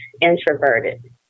introverted